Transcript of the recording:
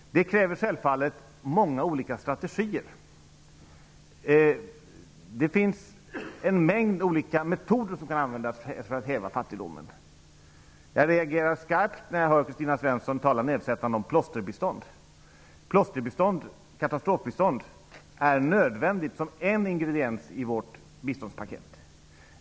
Det kräver självfallet många olika strategier. Det finns en mängd olika metoder som kan användas för att häva fattigdomen. Jag reagerar skarpt när jag hör Kristina Svensson tala nedsättande om plåsterbistånd. Plåsterbistånd, katastrofbistånd, är nödvändigt som en ingrediens i vårt biståndspaket.